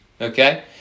Okay